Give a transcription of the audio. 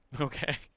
Okay